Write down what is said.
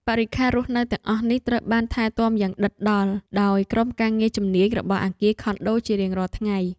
បរិក្ខាររស់នៅទាំងអស់នេះត្រូវបានថែទាំយ៉ាងដិតដល់ដោយក្រុមការងារជំនាញរបស់អគារខុនដូជារៀងរាល់ថ្ងៃ។